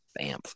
Bamf